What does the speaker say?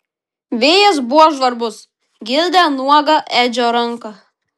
vėjas buvo žvarbus gildė nuogą edžio ranką